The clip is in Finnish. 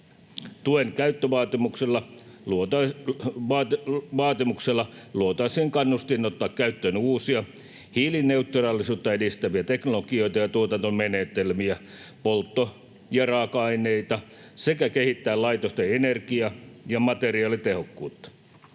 Tuen käyttövaatimuksella luotaisiin kannustin ottaa käyttöön uusia hiilineutraalisuutta edistäviä teknologioita, tuotantomenetelmiä ja poltto- ja raaka-aineita sekä kehittää laitosten energia- ja materiaalitehokkuutta.